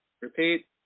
Repeat